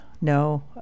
no